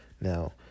Now